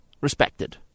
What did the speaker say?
respected